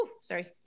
sorry